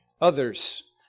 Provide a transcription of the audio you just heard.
others